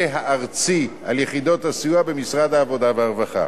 הארצי על יחידות הסיוע במשרד העבודה והרווחה.